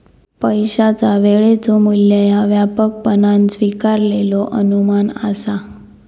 पैशाचा वेळेचो मू्ल्य ह्या व्यापकपणान स्वीकारलेलो अनुमान असा